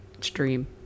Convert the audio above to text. stream